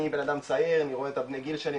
אני בנאדם צעיר אני רואה את בני הגיל שלי,